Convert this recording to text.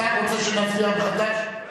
אתה רוצה שנצביע מחדש?